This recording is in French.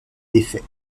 défait